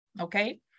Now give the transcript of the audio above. okay